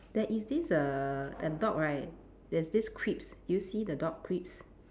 there is this err a dog right there's there crisps do you see the dog crisps